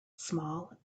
small